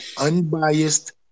unbiased